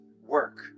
work